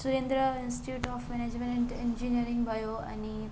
Surendra institute of management and engineering भयो अनि